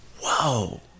Whoa